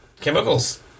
chemicals